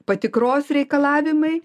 patikros reikalavimai